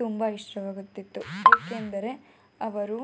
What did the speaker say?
ತುಂಬಾ ಇಷ್ಟವಾಗುತ್ತಿತ್ತು ಏಕೆಂದರೆ ಅವರು